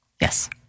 yes